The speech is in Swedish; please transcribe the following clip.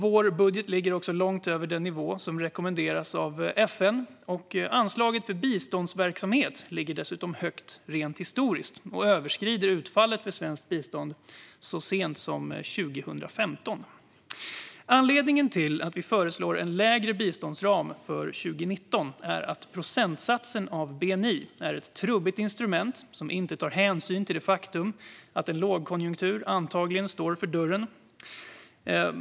Vår budget ligger långt över den nivå som FN rekommenderar, och anslaget för biståndsverksamhet ligger dessutom högt rent historiskt och överskrider utfallet för svenskt bistånd så sent som 2015. Anledningen till att vi föreslår en lägre biståndsram för 2019 är att procent av bni är ett trubbigt instrument som inte tar hänsyn till det faktum att en lågkonjunktur antagligen står för dörren.